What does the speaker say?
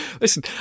Listen